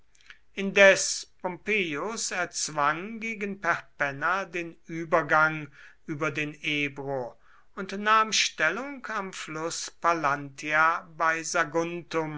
indes pompeius erzwang gegen perpenna den übergang über den ebro und nahm stellung am fluß pallantia bei